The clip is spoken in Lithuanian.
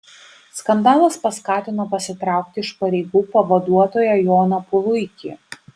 skandalas paskatino pasitraukti iš pareigų pavaduotoją joną puluikį